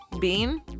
Bean